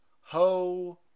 Ho-